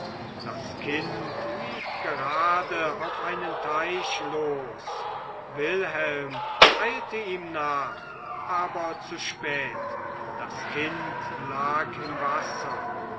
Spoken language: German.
das kind lief gerade auf einen teich los wilhelm eilte ihm nach aber zu spät das kind lag im wasser